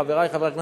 חברי חברי הכנסת,